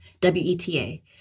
WETA